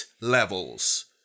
levels